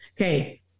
Okay